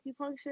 acupuncture